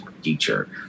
Teacher